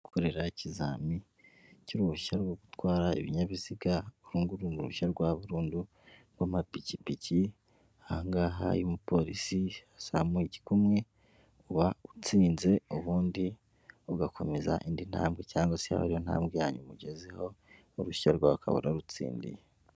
Gukorera ikizami cy'uruhushya rwo gutwara ibinyabiziga, uru nguru ni uruhushya rwa burundu rw'amapikipiki, aha ngaha iyo umupolisi azamuye igikumwe, uba utsinze ubundi ugakomeza indi ntambwe, cyangwa se yaba ari yo ntambwe yanyuma ugezeho, uruhushya rwawe ukaba urarutsindiye.